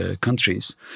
countries